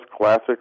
classic